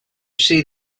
see